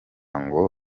ngo